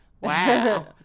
Wow